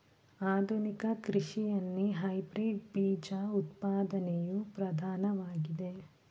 ಆಧುನಿಕ ಕೃಷಿಯಲ್ಲಿ ಹೈಬ್ರಿಡ್ ಬೀಜ ಉತ್ಪಾದನೆಯು ಪ್ರಧಾನವಾಗಿದೆ